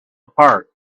apart